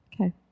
Okay